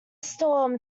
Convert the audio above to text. storm